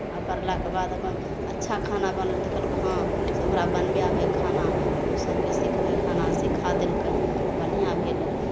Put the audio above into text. आ पड़लाके बाद अपन अच्छा खाना बनल तऽ कहलक हँ से ओकरा बनबे आबै हइ खाना तऽ ओ सभके सिखबै हइ खाना सिखा देलकै बन्हियाँ भेलै